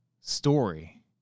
story